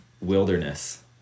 wilderness